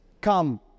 come